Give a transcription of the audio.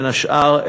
בין השאר,